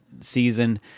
season